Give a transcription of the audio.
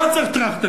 למה צריך טרכטנברג?